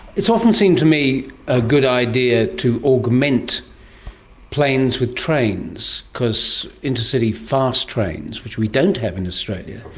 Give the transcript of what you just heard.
it's often seemed to me a good idea to augment planes with trains, because intercity fast trains, which we don't have in australia,